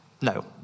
No